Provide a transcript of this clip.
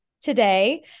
today